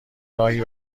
راهی